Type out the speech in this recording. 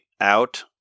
out